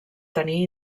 tenir